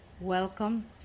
Welcome